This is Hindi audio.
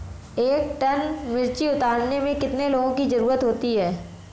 एक टन मिर्ची उतारने में कितने लोगों की ज़रुरत होती है?